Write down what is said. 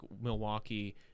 Milwaukee